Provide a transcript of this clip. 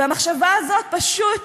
והמחשבה הזאת פשוט